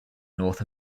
north